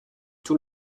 tout